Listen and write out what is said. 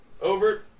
Over